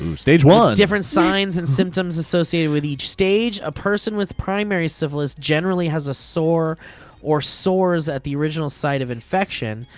and stage one. with different signs and symptoms associated with each stage. a person with primary syphilis generally has a sore or sores at the original site of infection.